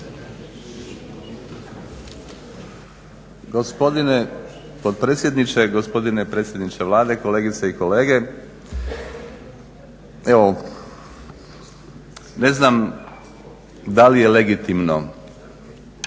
Gospodine potpredsjedniče, gospodine predsjedniče Vlade, kolegice i kolege. Evo ne znam da li je legitimno